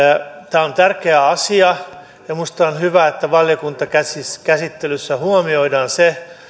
tämä on tärkeä asia ja minusta on hyvä että valiokuntakäsittelyssä huomioidaan se